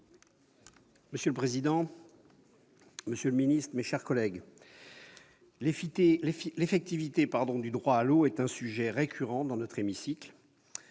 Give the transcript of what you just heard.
Monsieur le président, monsieur le secrétaire d'État, mes chers collègues, l'effectivité du droit à l'eau est un sujet récurrent dans notre hémicycle.